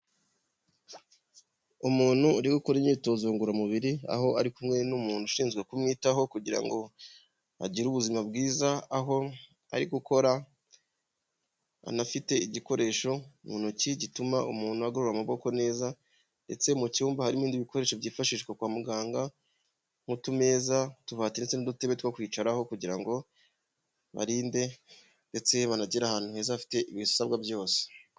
Umuntu uri ukora imyitozo ngororamubiri aho ari kumwe n'umuntu ushinzwe kumwitaho kugira ngo agire ubuzima bwiza, aho ari gukora anafite igikoresho mu ntoki gituma umuntu agorora amaboko neza ndetse mu cyumba harimo ibindi bikoresho byifashishwa kwa muganga nk'utumeza, utubati ndetse n'udutebe two kwicaraho kugira ngo barinde ndetse banagire ahantu heza hafite ibisabwa byose.